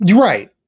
right